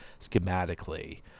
schematically